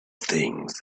things